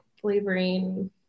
flavoring